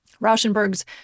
Rauschenberg's